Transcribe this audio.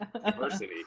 diversity